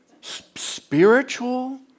spiritual